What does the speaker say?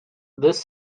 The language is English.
this